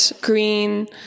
green